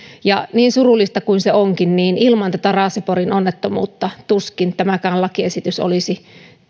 niin surullista kuin se onkin ilman tätä raaseporin onnettomuutta tuskin tämäkään lakiesitys olisi